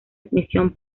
admisión